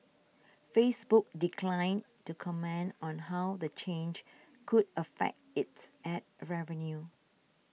Facebook declined to comment on how the change could affect its ad revenue